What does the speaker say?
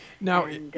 Now